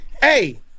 hey